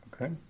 Okay